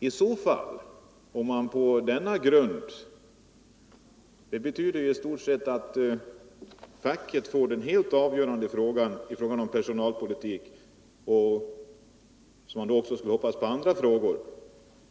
Det skulle i så fall betyda att fackföreningen får ett helt avgörande inflytande i fråga om personalpolitik och, som man då kan hoppas, även när det gäller andra frågor.